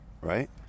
right